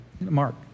mark